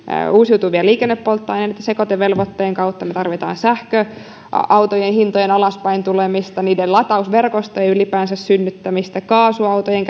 uusiutuvia liikennepolttoaineita sekoitevelvoitteen kautta sähköautojen hintojen alaspäin tulemista ylipäänsä niiden latausverkostojen synnyttämistä kaasuautojen